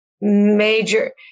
major